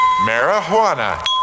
Marijuana